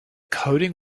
coding